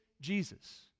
Jesus